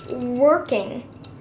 working